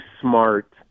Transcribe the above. smart